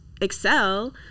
excel